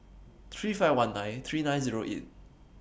three five one nine three nine Zero eight